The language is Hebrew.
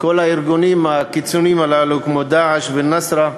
כל הארגונים הקיצוניים הללו, כמו "דאעש" ו"נוסרה",